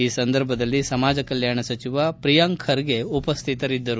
ಈ ಸಂದರ್ಭದಲ್ಲಿ ಸಮಾಜ ಕಲ್ಕಾಣ ಸಚಿವ ಪ್ರಿಯಾಂಕ್ ಖರ್ಗೆ ಉಪಸ್ಟಿತರಿದ್ದರು